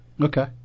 okay